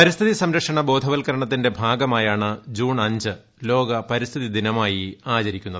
പരിസ്ഥിതി സംരക്ഷണ ബോധവത്ക്കരണത്തിന്റെ ഭാഗമായാണ് ജൂൺ അഞ്ച് ലോക പരിസ്ഥിതി ദിനമായി ആചരിക്കുന്നത്